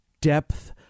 depth